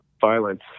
Violence